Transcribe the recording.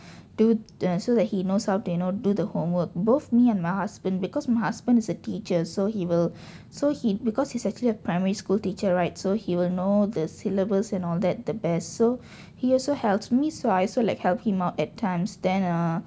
do the so that he knows how to you know do the homework both me and my husband because my husband is a teacher so he will so he'd because he's actually a primary school teacher right so he will know the syllables and all that the best so he also helps me so I also like help him out at times then ah